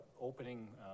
opening